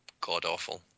god-awful